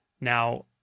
Now